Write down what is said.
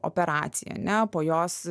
operaciją ane o po jos